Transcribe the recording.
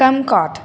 turncoat